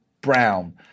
Brown